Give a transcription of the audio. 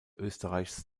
österreichs